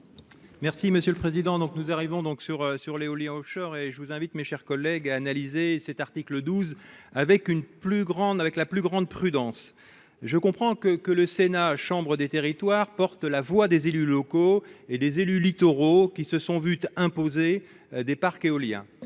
Merci monsieur le président, donc nous arrivons donc sur sur l'éolien Offshore et je vous invite mes chers collègues, à analyser cet article 12 avec une plus grande avec la plus grande prudence, je comprends que que le Sénat, chambre des territoires porte la voix des élus locaux et les élus littoraux qui se sont vu imposer des parcs éoliens,